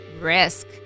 risk